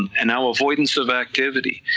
and avoidance of activity,